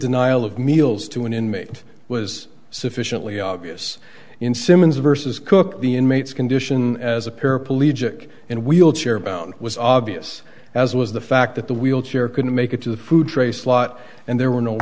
denial of meals to an inmate was sufficiently obvious in simmons versus cook the inmates condition as a paraplegic and wheelchair bound was obvious as was the fact that the wheelchair couldn't make it to the food tray slot and there were no